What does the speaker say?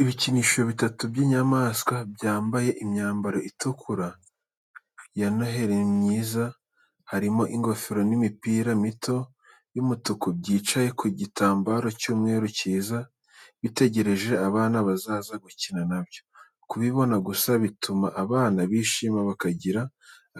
Ibikinisho bitatu by’inyamaswa byambaye imyambaro itukura ya noheri myiza, harimo ingofero n’imipira mito y'umutuku. Byicaye ku gitambaro cy'umweru cyiza, bitegereje abana bazaza gukina nabyo. Kubibona gusa bituma abana bishima bakagira